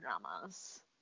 dramas